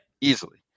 easily